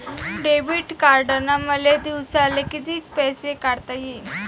Debit कार्डनं मले दिवसाले कितीक पैसे काढता येईन?